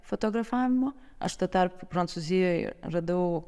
fotografavimo aš tuo tarpu prancūzijoj radau